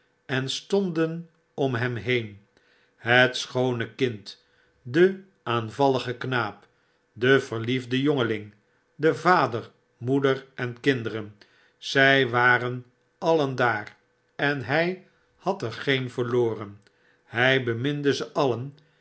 en stonden om hem heen het schoone kind de aanvallige knaap de verliefde jongeiing de vader moeder en kinderen zy waren alien daar en hij had er geen verloren hy beminde ze alien